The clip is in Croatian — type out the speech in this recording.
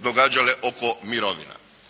događale oko mirovina.